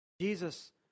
Jesus